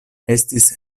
estis